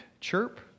chirp